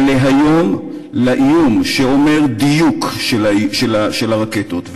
אבל להיום, לאיום שאומר דיוק של הרקטות,